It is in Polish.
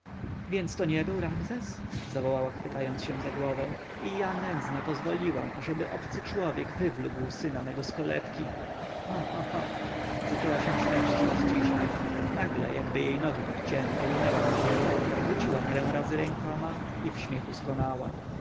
więc to nie był ramzes zawołała chwytając się za głowę i ja nędzna pozwoliłam ażeby obcy człowiek wywlókł syna mego z kolebki cha cha cha zaczęła się śmiać coraz ciszej nagle jakby jej nogi podcięto runęła na ziemię rzuciła parę razy rękoma i w śmiechu skonała